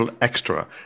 extra